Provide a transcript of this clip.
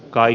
kai